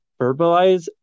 verbalize